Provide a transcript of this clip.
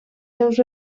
seus